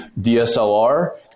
DSLR